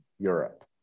Europe